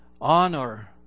honor